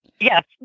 yes